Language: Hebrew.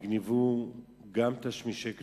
נגנבו גם תשמישי קדושה,